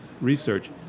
research